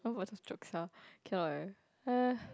joke sia cannot eh eh